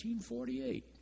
1948